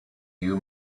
you